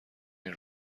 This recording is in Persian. این